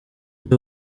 ndi